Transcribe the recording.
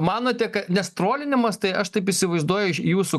manote nes trolinimas tai aš taip įsivaizduoju iš jūsų